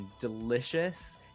delicious